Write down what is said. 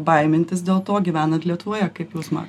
baimintis dėl to gyvenant lietuvoje kaip jūs matot